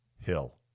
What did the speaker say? Hill